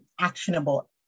actionable